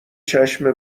چشم